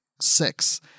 six